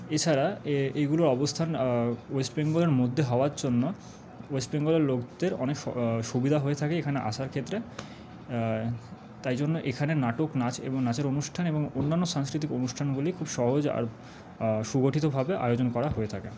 এছাড়া এ এগুলোর অবস্থান ওয়েস্টবেঙ্গলের মধ্যে হওয়ার জন্য ওয়েস্টবেঙ্গলের লোকদের অনেক সুবিধা হয়ে থাকে এখানে আসার ক্ষেত্রে তাই জন্য এখানে নাটক নাচ এবং নাচের অনুষ্ঠান এবং অন্যান্য সাংস্কৃতিক অনুষ্ঠানগুলি খুব সহজ আর সুগঠিতভাবে আয়োজন করা হয়ে থাকে